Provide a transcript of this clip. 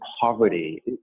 poverty